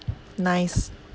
nice